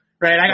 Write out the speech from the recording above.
right